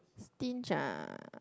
stinge ah